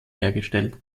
hergestellt